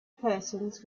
persons